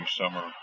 summer